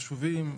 חשובים.